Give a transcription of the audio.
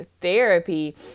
therapy